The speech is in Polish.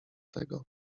tego